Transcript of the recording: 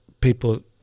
people